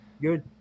good